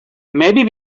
maybe